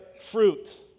fruit